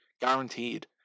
Guaranteed